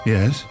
Yes